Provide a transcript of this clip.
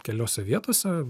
keliose vietose